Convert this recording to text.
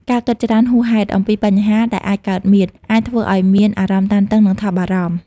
ការគិតច្រើនហួសហេតុអំពីបញ្ហាដែលអាចកើតមាន អាចធ្វើឱ្យមានអារម្មណ៍តានតឹង និងថប់បារម្ភ។